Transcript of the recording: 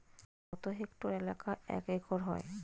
কত হেক্টর এলাকা এক একর হয়?